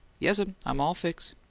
yes'm. i'm all fix'.